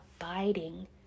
abiding